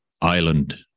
Island